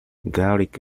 garlic